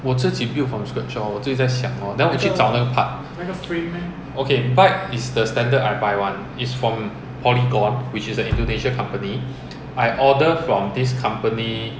我自己 build from scratch lor 我自己在想 orh then 我去找那个 part okay bike is the standard I buy [one] is from polygon which is an indonesian company I order from this company